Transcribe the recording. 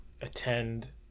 attend